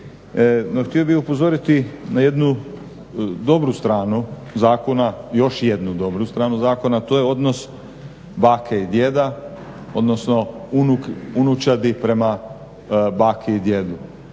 htio bih upozoriti na jednu dobru stranu zakona, još jednu dobru stranu zakona, to je odnos bake i djeda odnosno unučadi prema baki i djedi.